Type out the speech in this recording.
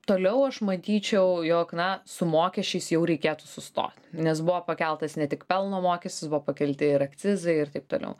toliau aš matyčiau jog na su mokesčiais jau reikėtų sustoti nes buvo pakeltas ne tik pelno mokestis buvo pakelti ir akcizai ir taip toliau